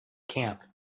camp